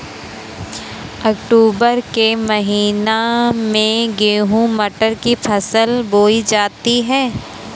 अक्टूबर के महीना में गेहूँ मटर की फसल बोई जाती है